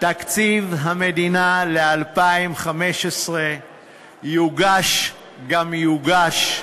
תקציב המדינה ל-2015 יוגש גם יוגש.